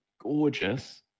gorgeous